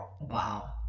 WoW